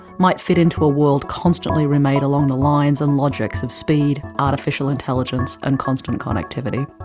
might fit into a world constantly remade along the lines and logics of speed, artificial intelligence and constant connectivity.